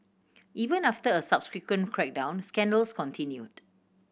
even after a subsequent crackdown scandals continued